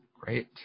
great